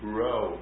Grow